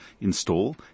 install